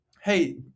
hey